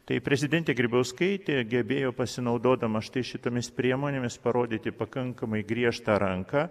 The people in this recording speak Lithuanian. tai prezidentė grybauskaitė gebėjo pasinaudodama štai šitomis priemonėmis parodyti pakankamai griežtą ranką